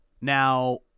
Now